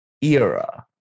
era